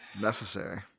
Necessary